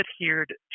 adhered